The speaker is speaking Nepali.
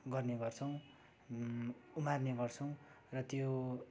गर्ने गर्छौँ उमार्ने गर्छौँ र त्यो